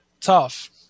tough